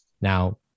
Now